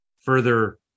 further